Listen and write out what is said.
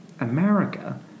America